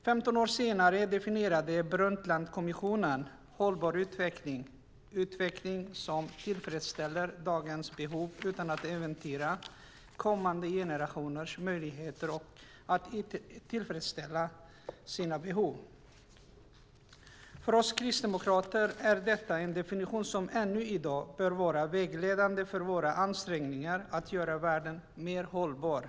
15 år senare definierade Brundtlandkommissionen hållbar utveckling som utveckling som tillfredsställer dagens behov utan att äventyra kommande generationers möjligheter att tillfredsställa sina behov. För oss kristdemokrater är detta en definition som ännu i dag bör vara vägledande för våra ansträngningar att göra världen mer hållbar.